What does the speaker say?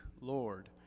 Lord